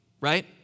right